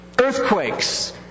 Earthquakes